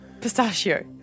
Pistachio